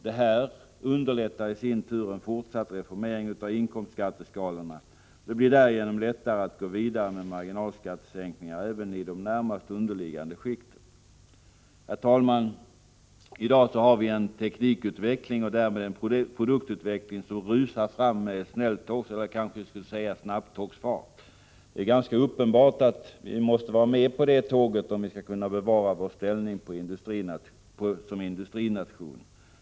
Det underlättar i sin tur en fortsatt reformering av inkomstskatteskalorna. Det blir därigenom lättare att gå vidare med marginalskattesänkningar även i de närmast underliggande skikten. Herr talman! I dag har vi en teknikutveckling och en produktutveckling som rusar fram med ett snabbtågs fart. Det är ganska uppenbart att vi måste vara med på det tåget om vi skall kunna bevara vår ställning som industrination.